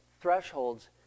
thresholds